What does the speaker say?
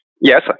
yes